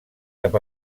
cap